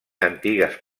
antigues